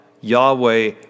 Yahweh